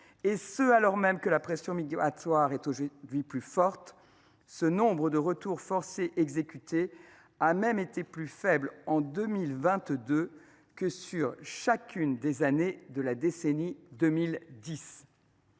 et ce alors même que la pression migratoire est aujourd’hui plus forte. Le nombre annuel de retours forcés exécutés a même été plus faible en 2022 que durant toutes les années de la décennie 2010.